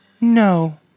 No